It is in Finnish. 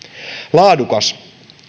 laadukas